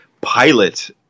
pilot